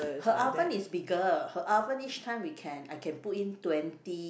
her oven is bigger her oven each time we can I can put in twenty